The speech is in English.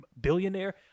billionaire